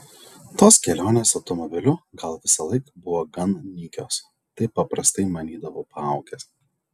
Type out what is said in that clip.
tos kelionės automobiliu gal visąlaik buvo gan nykios taip paprastai manydavau paaugęs